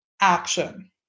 action